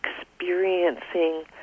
experiencing